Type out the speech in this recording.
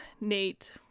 Nate